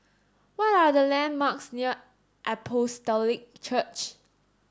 what are the landmarks near Apostolic Church